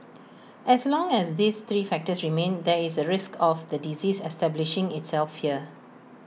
as long as these three factors remain there is A risk of the disease establishing itself here